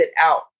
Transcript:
out